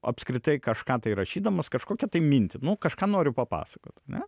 apskritai kažką tai rašydamas kažkokią tai mintį nu kažką noriu papasakot ar ne